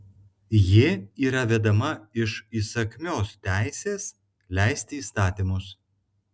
ji yra vedama iš įsakmios teisės leisti įstatymus